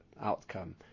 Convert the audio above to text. outcome